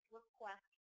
request